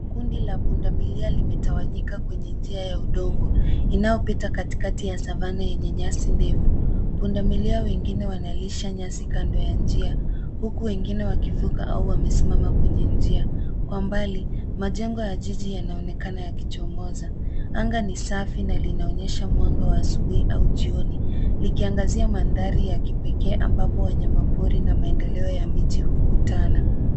Kundi la punda milia limetawanyika kwenye njia ya udongo inayopita kwenye savana yenye nyasi ndefu. Punda milia wengine wanalisha nyasi kando ya njia, huku wengine wakivuka au wamesimama kwenye njia. Kwa mbali majengo ya jiji yanaonekana yakichomoza. Anga ni safi na linaonyesha mwanga wa asubuhi au jioni likiangazia mandhari ya kipekee ambapo wanyama pori na maendeleo ya miji hukutana.